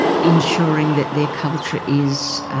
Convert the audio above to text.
ensuring that their culture is